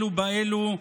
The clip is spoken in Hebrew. אלו באלו,